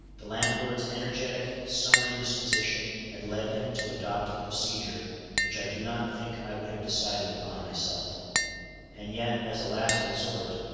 the landlord's energetic, summary disposition had led him to adopt a procedure which i do not think i would have decided upon myself and yet as a last resort,